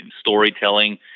storytelling